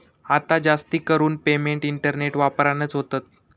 आता जास्तीकरून payment internet वापरानच होतत